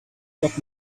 lock